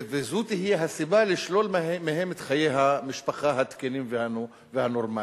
וזו תהיה הסיבה לשלול מהם את חיי המשפחה התקינים והנורמליים.